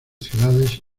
ciudades